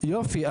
יופי.